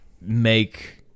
make